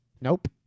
Nope